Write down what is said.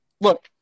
look